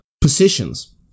positions